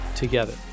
together